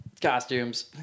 costumes